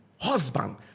Husband